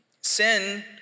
Sin